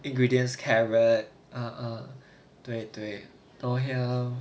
ingredients carrot ah ah 对对 ngoh hiang